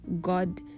God